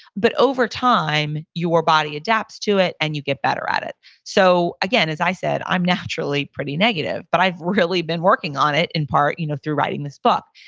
but over time, your body adapts to it and you get better at it so again, as i said, i'm naturally pretty negative. but i've really been working on it in part you know through writing this book.